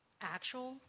actual